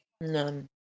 none